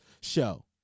show